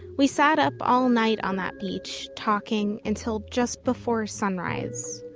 we sat up all night on that beach, talking, until just before sunrise.